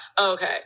Okay